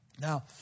Now